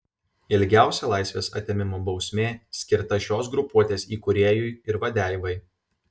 ilgiausia laisvės atėmimo bausmė skirta šios grupuotės įkūrėjui ir vadeivai